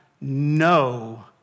no